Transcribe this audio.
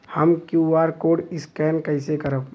हम QR code scan कइसे करब?